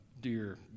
dear